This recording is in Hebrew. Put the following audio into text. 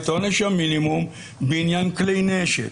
את עונש המינימום בעניין כלי נשק.